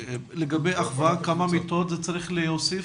לגבי 'אחווה' כמה מיטות צריך להוסיף?